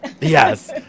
Yes